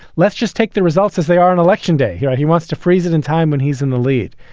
let's just take the results as they are on election day. yeah, he wants to freeze it in time when he's in the lead.